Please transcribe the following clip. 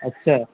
اچھا